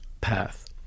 path